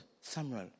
Samuel